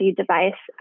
device